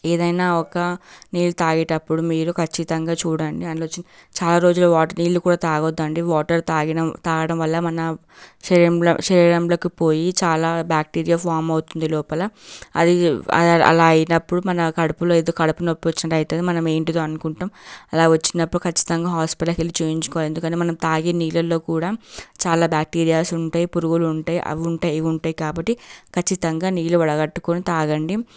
ఏదైనా ఒక నీరు తాగేటప్పుడు మీరు ఖచ్చితంగా చూడండి అందులో చిన్న చాలా రోజులు వాటర్ నీళ్ళు కూడా తాగొద్దండి వాటర్ తాగిడం తాగడం వల్ల మన శరీరం శరీరంలోకి పోయి చాలా బ్యాక్టీరియా ఫామ్ అవుతుంది లోపల అది అలా అలా అయినప్పుడు మన కడుపులో ఏదో కడుపునొప్పి వచ్చినట్టు అయితది మన ఏంటిదో అనుకుంటాం అలా వచ్చినప్పుడు ఖచ్చితంగా హాస్పిటల్కి వెళ్ళి చూయించుకోవాలి ఎందుకంటే మనం తాగే నీళ్ళలో కూడా చాలా బ్యాక్టీరియాస్ ఉంటాయి పురుగులు ఉంటాయి అవి ఉంటాయి ఇవి ఉంటాయి కాబట్టి ఖచ్చితంగా నీళ్ళు వడగట్టుకుని తాగండి